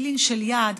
תפילין של יד,